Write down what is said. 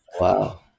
Wow